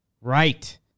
Right